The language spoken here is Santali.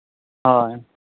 ᱦᱳᱭ